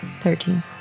Thirteen